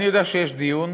אני יודע שיש דיון